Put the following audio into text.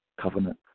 Covenant